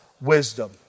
wisdom